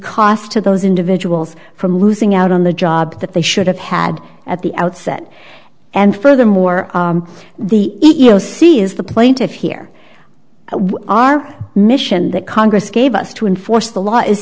cost to those individuals from losing out on the job that they should have had at the outset and furthermore the e e o c is the plaintiff here our mission that congress gave us to enforce the law is